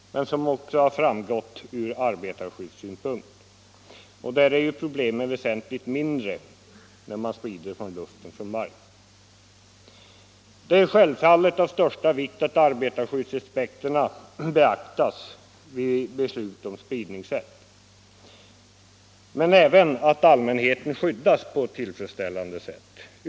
Från arbetarskyddsynpunkt medför spridning från luften väsentligt mindre problem än spridning från marken. Det är självfallet av största vikt att arbetarskyddsaspekterna beaktas vid beslut om spridningssättet men även att allmänheten skyddas på ett tillfredsställande sätt.